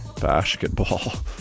basketball